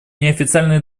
неофициальные